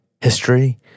history